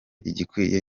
igikwiye